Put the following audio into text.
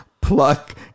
pluck